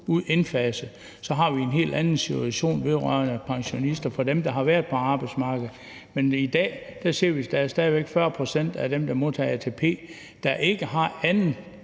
ud indfaset, har vi en helt anden situation for de pensionister, der har været på arbejdsmarkedet. Men i dag ser vi, at der stadig væk er 40 pct. af dem, der modtager ATP, der ikke har anden